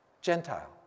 Gentile